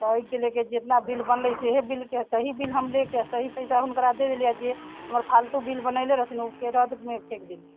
तऽ एहिके लेके जेतना बिल बनलै सहए बिलके सही बिल हम लेके सही पैसा हुनकरा हम दे देली जे हमर फालतू बिल बनैले रहथिन ओहिके रद्दमे फेक देली